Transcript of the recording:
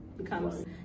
becomes